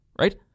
right